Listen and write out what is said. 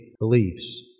beliefs